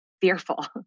fearful